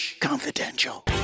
confidential